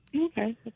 Okay